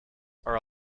are